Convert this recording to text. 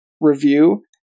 review